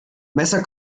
messer